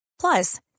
Plus